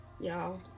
y'all